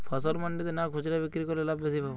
ফসল মন্ডিতে না খুচরা বিক্রি করলে লাভ বেশি পাব?